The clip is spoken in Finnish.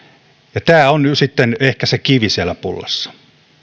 tämä malli on nyt sitten ehkä se kivi siellä pullassa